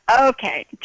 Okay